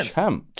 Champ